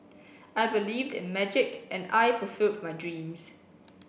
I believed in magic and I fulfilled my dreams